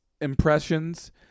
impressions